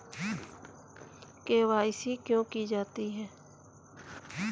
KYC क्यों की जाती है?